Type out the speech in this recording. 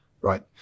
Right